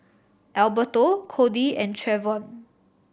Alberto Cody and Trevon